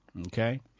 Okay